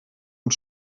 und